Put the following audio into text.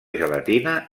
gelatina